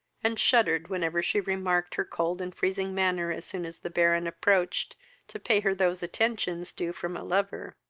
and shuddered whenever she remarked her cold and freezing manner as soon as the baron approached to pay her those attentions due from a lover.